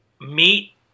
meet